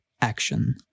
action